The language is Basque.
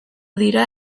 dira